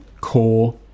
core